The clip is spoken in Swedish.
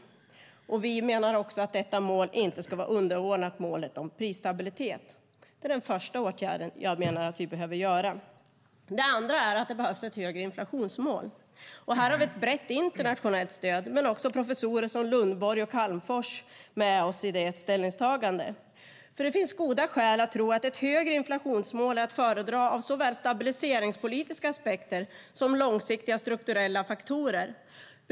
Detta mål ska inte vara underordnat målet om prisstabilitet. Det är den första åtgärden jag menar att vi behöver vidta. För det andra behövs ett högre inflationsmål. Här har vi ett brett internationellt stöd, men vi har också professorer som Lundborg och Calmfors med oss i det ställningstagandet. Det finns goda skäl att tro att ett högre inflationsmål är att föredra på grund av såväl stabiliseringspolitiska skäl som långsiktiga strukturella faktorer.